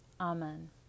Amen